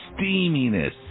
steaminess